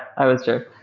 i was sure.